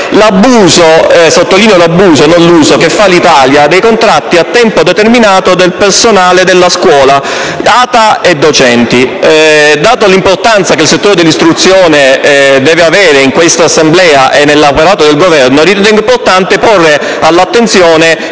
sottolineo l'abuso, non l'uso - che fa l'Italia dei contratti a tempo determinato del personale della scuola ATA e docenti. Data l'importanza che il settore dell'istruzione deve avere per questa Assemblea e per l'operato del Governo, ritengo importante porre all'attenzione questa